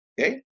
okay